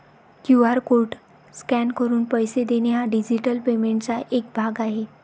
QR code scan करून पैसे देणे हा डिजिटल पेमेंटचा एक भाग आहे